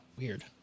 Weird